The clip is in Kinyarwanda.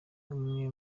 umwe